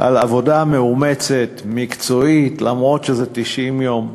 על עבודה מאומצת, מקצועית, אף שזה 90 יום.